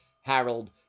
Harold